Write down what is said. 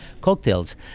cocktails